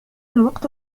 الوقت